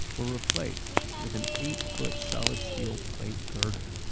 were replaced with an eight foot solid steel plate girders.